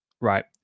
right